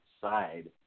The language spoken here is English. side